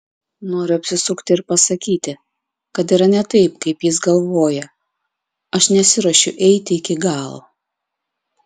noriu apsisukti ir pasakyti kad yra ne taip kaip jis galvoja aš nesiruošiu eiti iki galo